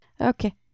Okay